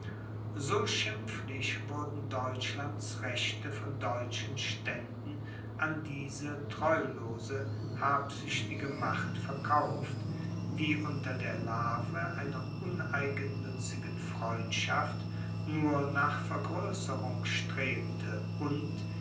so schimpflich wurden deutschlands rechte von deutschen ständen an diese treulose habsüchtige macht verkauft die unter der larve einer uneigennützigen freundschaft nur nach vergrößerung strebte und